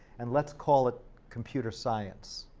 and let's call it computer science.